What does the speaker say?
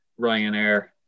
Ryanair